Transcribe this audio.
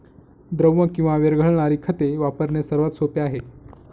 द्रव किंवा विरघळणारी खते वापरणे सर्वात सोपे आहे